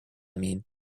mean